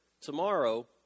tomorrow